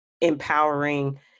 empowering